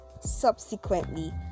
Subsequently